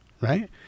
Right